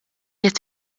qed